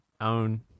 own